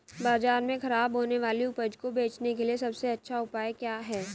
बाजार में खराब होने वाली उपज को बेचने के लिए सबसे अच्छा उपाय क्या है?